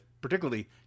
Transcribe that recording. particularly